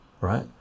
Right